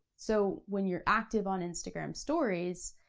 so, when you're active on instagram stories,